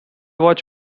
watch